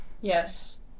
Yes